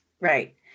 Right